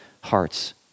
hearts